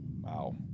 Wow